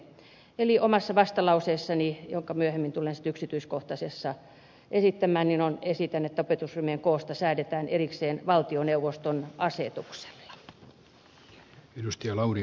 omassa vastalauseessani jonka myöhemmin tulen sitten yksityiskohtaisessa käsittelyssä esittämään esitän että opetusryhmien koosta säädetään erikseen valtioneuvoston asetuksella